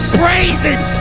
praising